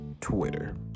Twitter